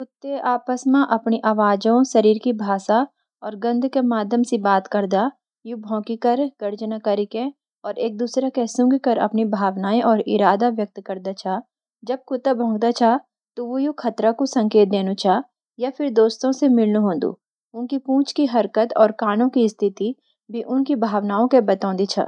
कुत्ते आपस में अपनी आवाज़ों, शरीर की भाषा, और गंध के माध्यम सी बात करदा। यू भौंकीकर, गर्ज़ना करीके, और एक-दूसरे के सूंघीकर अपनी भावनाएं और इरादे व्यक्त करदा छ। जब कुत्ता भौंकदु छ, तो वु या त खतरा कु संकेत देनू छ, या फिर दोस्तों से मिलनू होंदु। उनकी पूंछ की हरकत और कानों की स्थिति भी उनकी भावनाओं के बतोंदी छ।